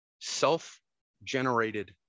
self-generated